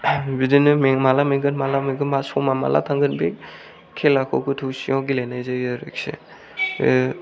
बिदिनो माला मेंगोन माला मेंगोन मा समआ माला थांगोन बे खेलाखौ गोथौ सिङाव गेलेनाय जायो आरोखि